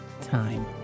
time